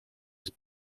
ist